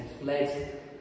fled